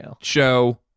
show